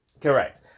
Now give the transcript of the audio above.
Correct